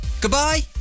Goodbye